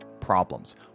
problems